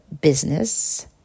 business